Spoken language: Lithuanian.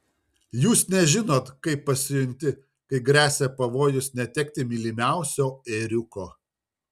jūs nežinot kaip pasijunti kai gresia pavojus netekti mylimiausio ėriuko